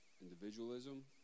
individualism